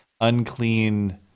unclean